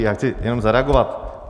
Já chci jenom zareagovat.